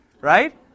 right